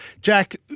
Jack